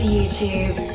YouTube